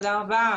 תודה רבה.